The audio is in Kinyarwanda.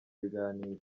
ibiganiro